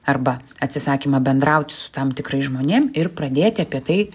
arba atsisakymą bendrauti su tam tikrais žmonėm ir pradėti apie tai